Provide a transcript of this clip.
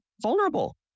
vulnerable